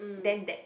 then that